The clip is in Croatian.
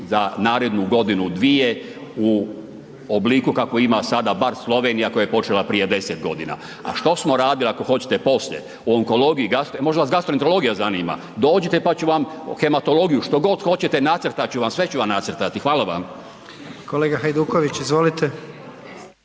za narednu godinu dvije u obliku kakvu ima sada bar Slovenija koja je počela prije 10 godina. A što smo radili, ako hoćete poslije u onkologiji, gastro, možda vas gastroenterologija zanima, dođite pa ću vam, hematologiju, što god hoćete nacrtati ću vam, sve ću vam nacrtati. Hvala vam. **Jandroković, Gordan